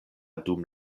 dum